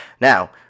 Now